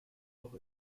noch